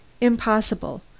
Impossible